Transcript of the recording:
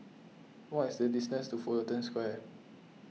what is the distance to Fullerton Square